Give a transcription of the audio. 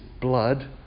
blood